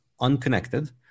unconnected